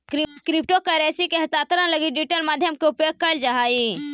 crypto currency के हस्तांतरण लगी डिजिटल माध्यम के उपयोग कैल जा हइ